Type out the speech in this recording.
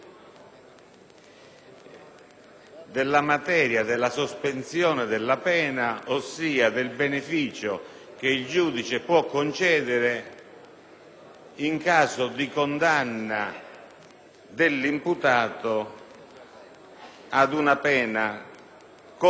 della materia della sospensione della pena, ossia del beneficio che il giudice può concedere in caso di condanna dell'imputato ad una pena contenuta